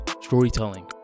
storytelling